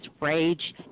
Rage